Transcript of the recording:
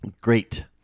Great